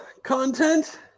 Content